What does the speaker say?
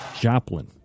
Joplin